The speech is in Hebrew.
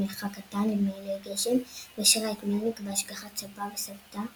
מלאכה קטן למעילי גשם והשאירה את מלניק בהשגחת סבה וסבתה,